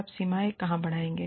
आप सीमाएं कहां बढ़ाएंगे